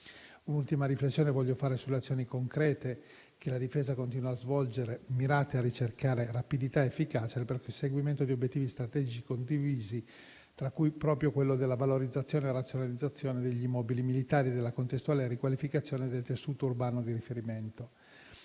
Un'ultima riflessione voglio fare sulle azioni concrete che la Difesa continua a svolgere, mirate a ricercare rapidità ed efficacia nel perseguimento di obiettivi strategici condivisi, tra cui proprio quello della valorizzazione e razionalizzazione degli immobili militari e della contestuale riqualificazione del tessuto urbano di riferimento.